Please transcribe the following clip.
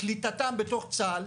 קליטתם בתוך צה"ל,